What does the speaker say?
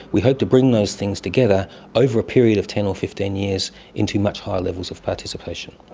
we hope to bring those things together over a period of ten or fifteen years into much higher levels of participation.